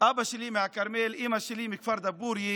אבא שלי מהכרמל, אימא שלי מכפר דאבורי,